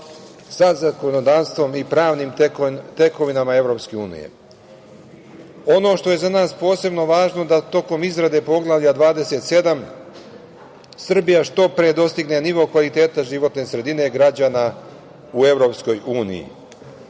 sa zakonodavstvom i pravnim tekovinama EU.Ono što je za nas posebno važno je da tokom izrade Poglavlja 27 Srbija što pre dostigne nivo kvaliteta životne sredine građana u